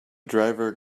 driver